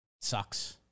Sucks